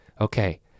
okay